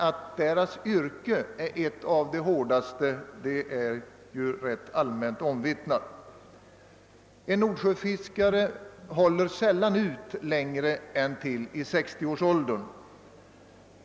Att deras yrke är ett av de hårdaste är rätt allmänt omvittnat. En nordsjöfiskare håller sällan ut längre än till 60-årsåldern.